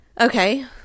okay